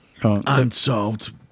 Unsolved